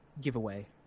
giveaway